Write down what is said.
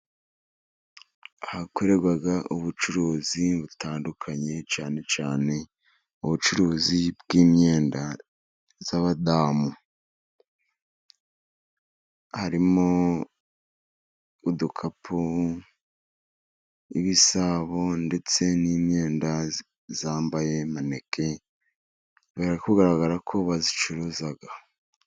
Ahakorerwa ubucuruzi butandukanye cyane cyane ubucuruzi bw'imyenda y'abadamu harimo udukapu, ibisabo, ndetse n'imyenda yambaye maneke biri kugaragarako bayicuruza.